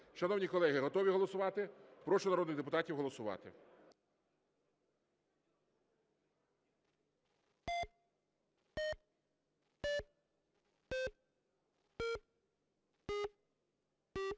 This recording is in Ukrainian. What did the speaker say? Шановні колеги, готові голосувати? Прошу народних депутатів голосувати.